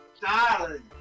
Darling